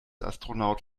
astronaut